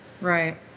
Right